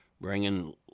bringing